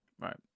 right